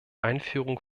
einführung